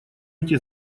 эти